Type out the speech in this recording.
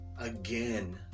again